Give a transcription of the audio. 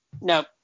No